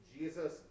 Jesus